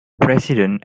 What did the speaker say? president